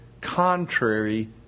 contrary